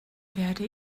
werde